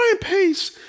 Pace